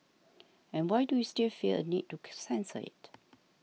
and why do we still feel a need to censor it